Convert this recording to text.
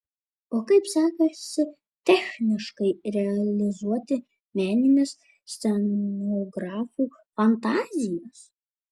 o kaip sekasi techniškai realizuoti menines scenografų fantazijas